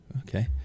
okay